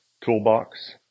toolbox